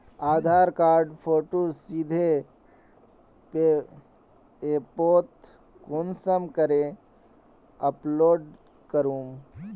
आधार कार्डेर फोटो सीधे ऐपोत कुंसम करे अपलोड करूम?